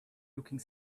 looking